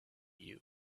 you